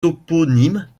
toponymes